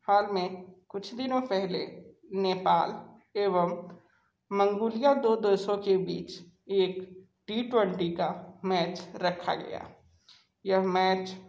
हाल में कुछ दिनों पहले नेपाल एवं मंगूलिया दो देशों के बीच एक टी ट्वेंटी का मैच रखा गया यह मैच